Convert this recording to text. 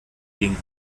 ging